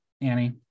Annie